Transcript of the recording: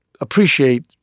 appreciate